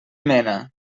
mena